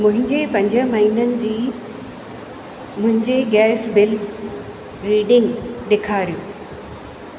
मुंहिंजे पंज महिननि जी मुंहिंजे गैस बिल रीडिंग ॾेखारियो